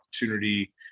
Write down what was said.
opportunity